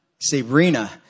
Sabrina